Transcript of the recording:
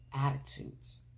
attitudes